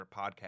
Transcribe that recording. podcast